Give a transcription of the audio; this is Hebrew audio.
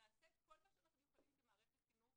נעשה את כל מה שאנחנו יכולים כמערכת חינוך.